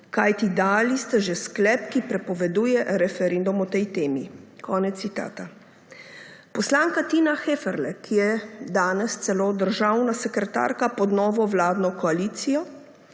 kajti dali ste že sklep, ki prepoveduje referendum o tej temi.« Konec citata. Poslanka Tina Heferle, ki je danes celo državne sekretarka pod novo vladno koalicijo,